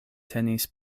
tenis